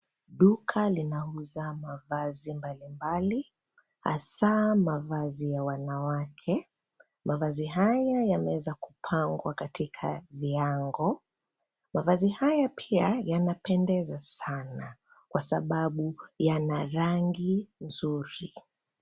Duka linauza mavazi mbalimbali, hasaa mavazi ya wanawake, mavazi haya yameweza kupangwa katika viango, mavazi haya pia yanapendeza sana, kwa sababu yana rangi nzuri.